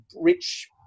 rich